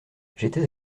j’étais